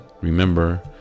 remember